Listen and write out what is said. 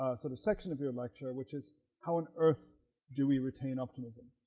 ah sort of section of your lecture, which is how on earth do we retain optimism?